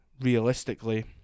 realistically